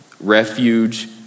refuge